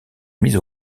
mise